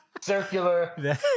circular